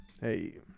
Hey